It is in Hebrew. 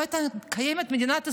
לא הייתה קיימת מדינת ישראל.